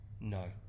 No